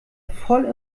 voll